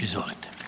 Izvolite.